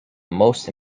most